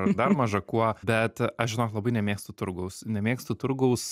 ar dar maža kuo bet aš žinok labai nemėgstu turgaus nemėgstu turgaus